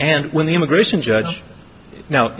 and when the immigration judge now